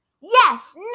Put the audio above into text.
Yes